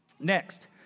Next